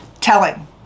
telling